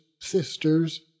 sisters